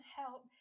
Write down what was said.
help